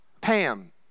Pam